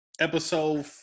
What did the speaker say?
episode